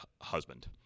husband